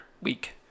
week